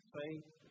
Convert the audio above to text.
faith